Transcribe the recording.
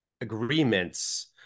agreements